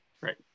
right